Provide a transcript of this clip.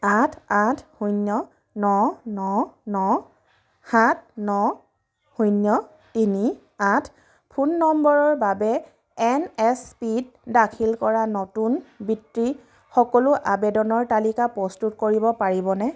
আঠ আঠ শূন্য ন ন ন সাত ন শূন্য তিনি আঠ ফোন নম্বৰৰ বাবে এন এছ পিত দাখিল কৰা নতুন বৃত্তিৰ সকলো আবেদনৰ তালিকা প্ৰস্তুত কৰিব পাৰিবনে